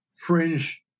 fringe